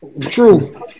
True